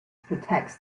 protects